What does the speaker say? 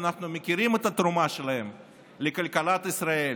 ואנחנו מכירים את התרומה שלהם לכלכלת ישראל,